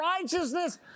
righteousness